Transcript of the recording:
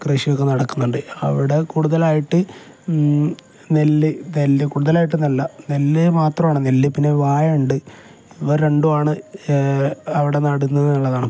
കൃഷിയൊക്കെ നടക്കുന്നുണ്ട് അവിടെ കൂടുതലായിട്ട് നെല്ല് നെല്ല് കൂടുതലായിട്ട് നല്ല നെല്ല് മാത്രമാണ് നെല്ല് പിന്നെ വാഴ ഉണ്ട് ഇവ രണ്ടും ആണ് അവിടെ നടുന്നത് എന്നുള്ളതാണ്